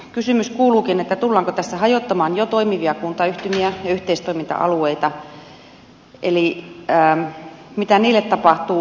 kysymys kuuluukin tullaanko tässä hajottamaan jo toimivia kuntayhtymiä ja yhteistoiminta alueita eli mitä niille tapahtuu